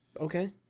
okay